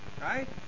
Right